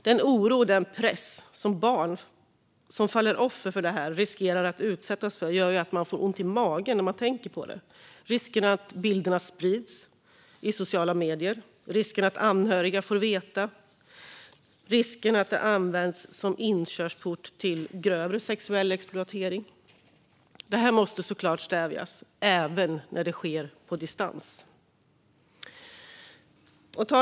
Den oro och press som barn som faller offer för detta riskerar att utsättas för gör att man får ont i magen när man tänker på det. Jag tänker på risken att bilderna sprids i sociala medier, risken att anhöriga får veta och risken att de används som inkörsport till grövre sexuell exploatering. Det här måste såklart stävjas även när det sker på distans. Fru talman!